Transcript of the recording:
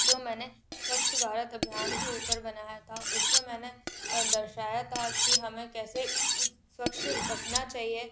जो मैंने स्वच्छ भारत अभियान के ऊपर बनाया था उसमें मैंने दर्शाया था कि हमें कैसे स्वच्छ रखना चाहिए